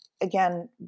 again